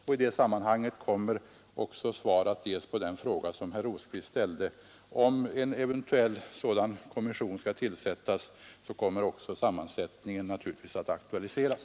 I det sammanhanget kommer också svar att ges på den fråga som herr Rosqvist ställde; om en sådan kommission skall tillsättas kommer naturligtvis också sammansättningen av den att aktualiseras